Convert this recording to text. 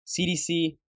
CDC